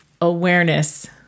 Awareness